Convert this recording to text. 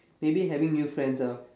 maybe having new friends ah